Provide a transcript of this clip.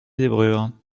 zébrure